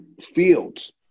fields